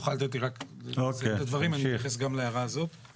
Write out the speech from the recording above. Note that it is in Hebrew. אם תוכל לתת לי לסיים את הדברים אתייחס גם להערה הזאת.